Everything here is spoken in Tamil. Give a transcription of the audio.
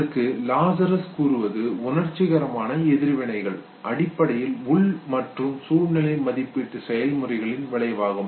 இதற்கு லாசரஸ் கூறுவது உணர்ச்சிகரமான எதிர்வினைகள் அடிப்படையில் உள் மற்றும் சூழ்நிலை மதிப்பீட்டு செயல்முறைகளின் விளைவாகும்